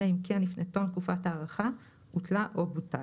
אלא אם כן לפני תום תקופת ההארכה הותלה או בוטל.